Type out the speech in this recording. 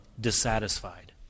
dissatisfied